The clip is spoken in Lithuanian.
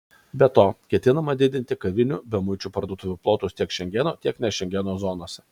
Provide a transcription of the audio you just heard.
be to ketinama didinti kavinių bemuičių parduotuvių plotus tiek šengeno tiek ne šengeno zonose